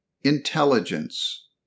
intelligence